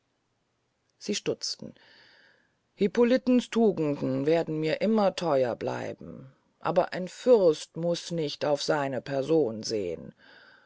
sie stutzen hippolitens tugenden werden mir immer theuer bleiben aber ein fürst muß nicht auf seine person sehn